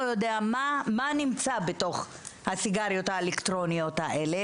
יודע מה נמצא בתוך הסיגריות האלקטרוניות האלה?